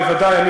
בוודאי,